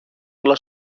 όλα